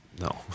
no